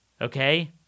okay